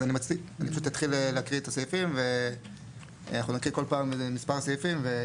אז אני פשוט אתחיל להקריא את הסעיפים ואנחנו נקריא כל פעם מספר סעיפים.